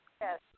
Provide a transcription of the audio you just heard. Yes